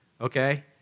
okay